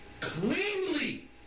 cleanly